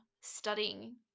studying